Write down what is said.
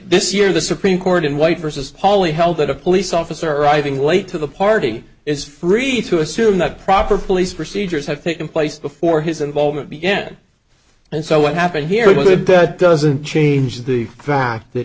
this year the supreme court in white versus hallie held that a police officer arriving late to the party is free to assume that proper police procedures have taken place before his involvement b n and so what happened here would that doesn't change the fact that